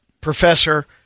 professor